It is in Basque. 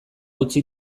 utzi